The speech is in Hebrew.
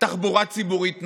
תחבורה ציבורית נוחה,